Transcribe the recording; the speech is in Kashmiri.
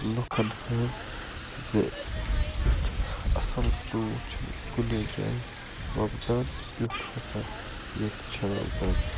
لُکَن ہٕنٛز زِ یُتھ اصل ژوٗنٹھ چھُنہٕ کُنی جایہِ وۄپدان یُتھ ہسا ییٚتہِ چھِ وۄپدان